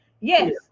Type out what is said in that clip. Yes